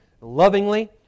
lovingly